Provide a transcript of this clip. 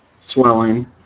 swelling